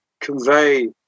convey